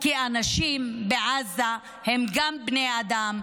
כי אנשים בעזה הם גם בני אדם.